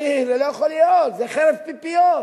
זה לא יכול להיות, זה חרב פיפיות.